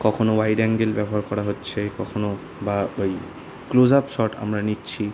কখনও wide angle ব্যবহার করা হচ্ছে কখনও বা ওই ক্লোজ আপ শট আমরা নিচ্ছি